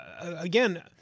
again